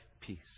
peace